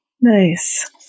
Nice